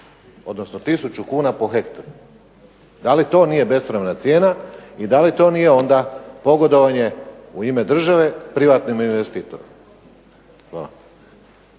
odnosno tisuću kuna po hektru? Da li to nije besramna cijena? I da li to nije onda pogodovanje u ime države, privatnim investitorima?